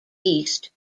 east